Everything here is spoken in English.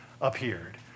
appeared